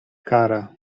kara